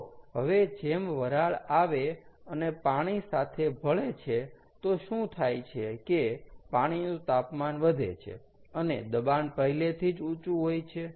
તો હવે જેમ વરાળ આવે અને પાણી સાથે ભળે છે તો શું થાય છે કે પાણીનું તાપમાન વધે છે અને દબાણ પહેલેથી જ ઊંચું હોય છે